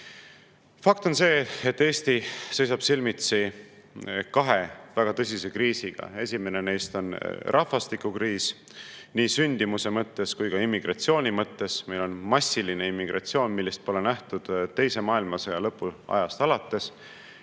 Fakt on see, et Eesti seisab silmitsi kahe väga tõsise kriisiga. Esimene neist on rahvastikukriis nii sündimuse mõttes kui ka immigratsiooni mõttes. Meil on massiline immigratsioon, millist pole nähtud teise maailmasõja lõpuajast alates.